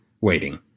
waiting